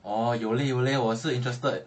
orh 有 leh 有 leh 我是 interested